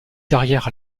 carrière